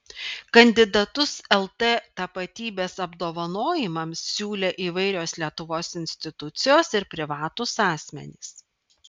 kandidatus lt tapatybės apdovanojimams siūlė įvairios lietuvos institucijos ir privatūs asmenys